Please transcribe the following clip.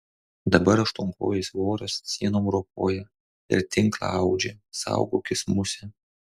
dabar aštuonkojis voras sienom ropoja ir tinklą audžia saugokis muse